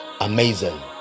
Amazing